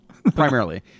Primarily